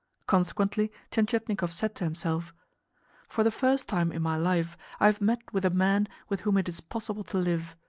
consequently tientietnikov said to himself for the first time in my life i have met with a man with whom it is possible to live.